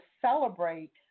celebrate